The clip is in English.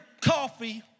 coffee